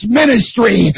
ministry